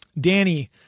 Danny